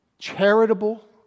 charitable